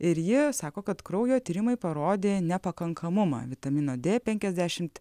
ir ji sako kad kraujo tyrimai parodė nepakankamumą vitamino d penkiasdešimt